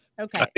Okay